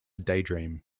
daydream